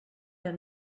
der